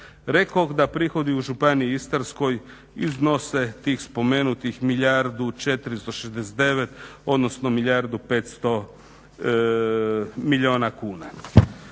Rekoh da prihodi u Županiji Istarskoj iznose tih spomenutih milijardu 469 odnosno milijardu 500 milijuna kuna.